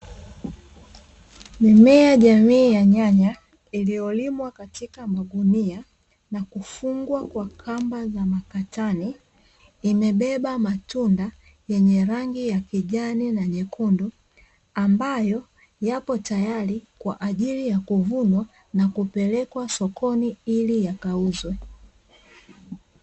Mimea jamii ya nyanya, iliyolimwa katika magunia na kufungwa kwa kamba za makatani, imebeba matunda yenye rangi ya kijani na nyekundu, ambayo yapo tayari kwa ajili ya kuvunwa na kupelekwa sokoni ili yakauzwe.